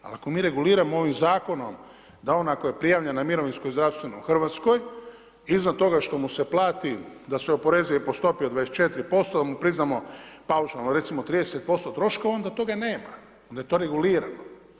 Ali ako mi reguliramo ovim Zakonom da on ako je prijavljen na mirovinsko i zdravstveno u Hrvatskoj, izvan toga što mu se plati da se oporezuje po stopi od 24%, da mu priznamo paušalno, recimo 30% troškova, onda toga nema, onda je to regulirano.